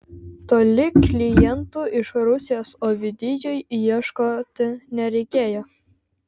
toli klientų iš rusijos ovidijui ieškoti nereikėjo